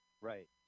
Right